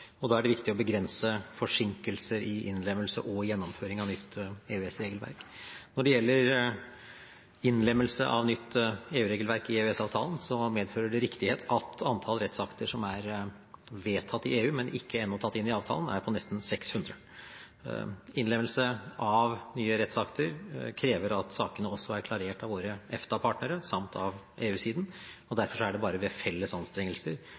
Da er det viktig å begrense forsinkelser i innlemmelse og gjennomføring av nytt EØS-regelverk. Når det gjelder innlemmelse av nytt EU-regelverk i EØS-avtalen, medfører det riktighet at antall rettsakter som er vedtatt i EU, men ennå ikke tatt inn i avtalen, er på nesten 600. Innlemmelse av nye rettsakter krever at sakene også er klarert av våre EFTA-partnere samt av EU-siden, og derfor er det bare ved felles anstrengelser